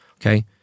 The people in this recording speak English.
okay